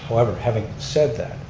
however, having said that,